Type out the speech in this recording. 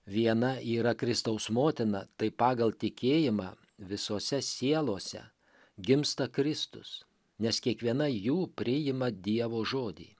viena yra kristaus motina tai pagal tikėjimą visose sielose gimsta kristus nes kiekviena jų priima dievo žodį